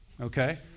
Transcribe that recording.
okay